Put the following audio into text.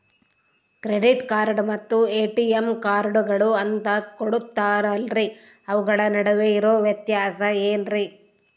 Credit card ಮತ್ತ ATM ಕಾರ್ಡುಗಳು ಅಂತಾ ಕೊಡುತ್ತಾರಲ್ರಿ ಅವುಗಳ ನಡುವೆ ಇರೋ ವ್ಯತ್ಯಾಸ ಏನ್ರಿ?